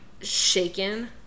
shaken